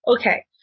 Okay